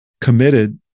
committed